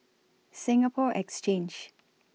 Singapore Exchange